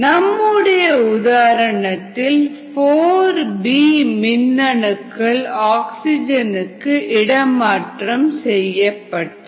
நம்முடைய உதாரணத்தில் 4b மின் அணுக்கள் ஆக்ஸிஜனுக்கு இடமாற்றம் செய்யப்பட்டன